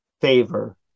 favor